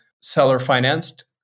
seller-financed